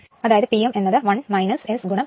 അതായത് P m1 S PG